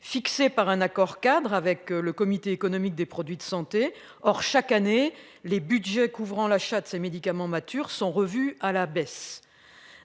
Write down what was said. fixés par un accord cadre avec le comité économique des produits de santé. Or chaque année les Budgets couvrant l'achat de ces médicaments matures sont revus à la baisse.